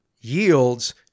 yields